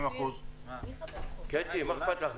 לחלופין, במקום 70% 90%. --- קטי, מה אכפת לך?